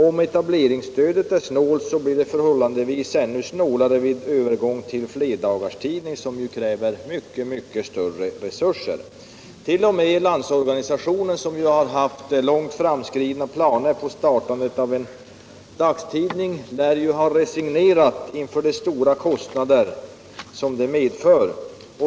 Om etableringsstödet är snålt blir det förhållandevis ännu snålare vid övergång till flerdagarstidning som kräver mycket större resurser. T. o. m. Landsorganisationen som haft långt framskridna planer på startande av en dagstidning lär ha resignerat inför de stora kostnader det medför.